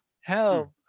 help